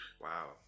Wow